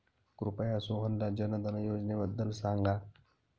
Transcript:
कृपया सोहनला जनधन योजनेबद्दल सांगा